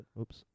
Oops